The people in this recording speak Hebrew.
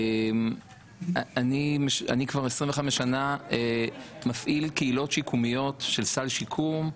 אני כבר 25 שנים מפעיל קהילות שיקומיות של סל שיקום,